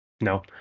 No